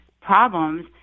problems